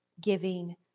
giving